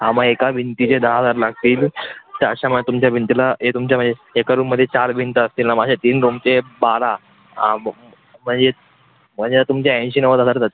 हां मग एका भिंतीचे दहा हजार लागतील अशा मग तुमच्या भिंतीला ते तुमच्या म्हणजे एका रूममध्ये चार भिंत असतील ना मग अशा तीन रुमचे बारा म्हणजे म्हणजे तुमचे ऐंशी नव्वद हजार जातील